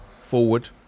Forward